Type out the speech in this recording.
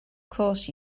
course